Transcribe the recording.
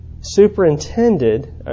superintended